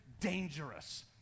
dangerous